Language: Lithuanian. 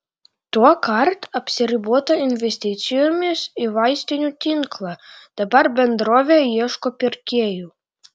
tuokart apsiribota investicijomis į vaistinių tinklą dabar bendrovė ieško pirkėjų